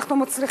אנחנו מצליחים.